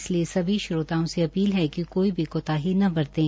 इसलिए सभी श्रोताओं से अपील है कि कोई भी कोताही न बरतें